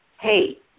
hey